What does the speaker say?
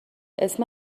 اسم